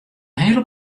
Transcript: hele